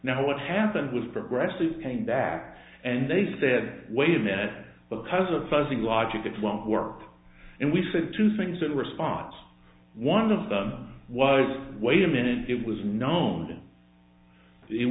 now what happened was progressive came back and they said wait a minute because of the fuzzy logic it won't work and we said two things in response one of them was wait a minute it was known it